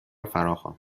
فراخواند